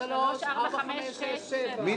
לא